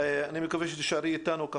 אני מקווה שתישארי אתנו.